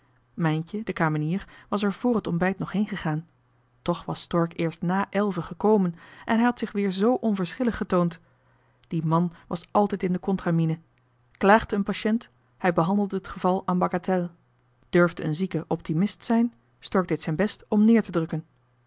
mijntje de kamenier was er vr het ontbijt nog heengegaan toch was stork eerst na elven gekomen en hij had zich weer z onverschillig getoond die man was altijd in de johan de meester de zonde in het deftige dorp contramine klaagde een patiënt hij behandelde het geval en bagatelle durfde een zieke optimist zijn stork deed zijn best om neer te drukken